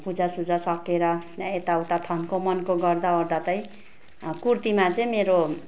पूजा सूजा सकेर यता उता थन्को मन्को गर्दा ओर्दा त कुर्तीमा चाहिँ मेरो